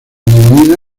dividida